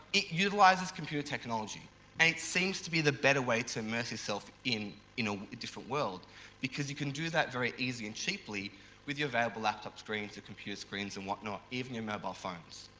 it utilises computer technology and it seems to be the better way to immerse yourself in in you know a different world because you can do that very easily and cheaply with your available laptop screens, your computer screens and whatnot, even your mobile phones.